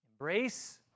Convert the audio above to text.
Embrace